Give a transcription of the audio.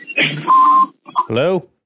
Hello